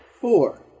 Four